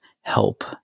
help